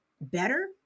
better